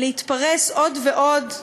להתפרס עוד ועוד,